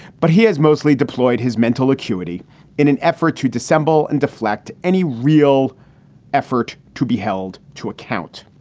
but he has mostly deployed his mental acuity in an effort to dissemble and deflect any real effort to be held to account.